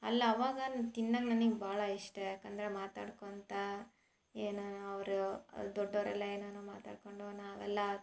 ಅಲ್ಲಿ ಅವಾಗ ತಿನ್ನಕ್ಕೆ ನನಗೆ ಭಾಳ ಇಷ್ಟ ಏಕಂದ್ರೆ ಮಾತಾಡ್ಕೊಳ್ತ ಏನು ಅವರು ದೊಡ್ಡವರೆಲ್ಲ ಏನೇನೋ ಮಾತಾಡಿಕೊಂಡು ನಾವೆಲ್ಲ